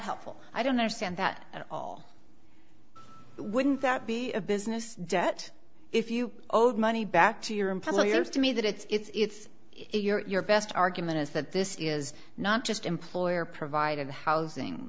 helpful i don't understand that at all wouldn't that be a business debt if you owed money back to your employer is to me that it's your best argument is that this is not just employer provided housing